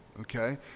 okay